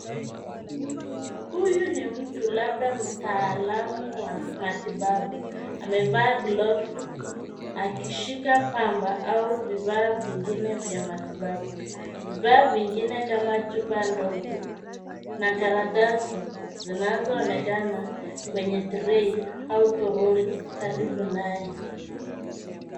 Huyu ni mtu labda mtaalamu wa matibabu amevaa glovu akishika pamba au vifaa vingine vya matibabu. Vifaa vingine kama chupa ndogo na karatasi zinazoonekana kwenye trei au troli karibu naye.